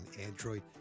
Android